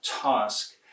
task